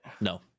No